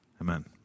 Amen